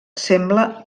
sembla